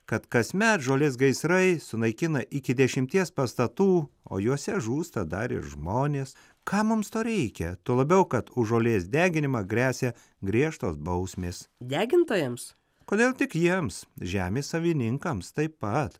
kad kasmet žolės gaisrai sunaikina iki dešimties pastatų o juose žūsta dar ir žmonės kam mums to reikia tuo labiau kad už žolės deginimą gresia griežtos bausmės kodėl tik jiems žemės savininkams taip pat